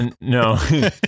No